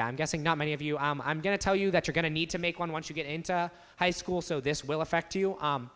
i'm guessing not many of you i'm going to tell you that you're going to need to make one once you get into high school so this will affect you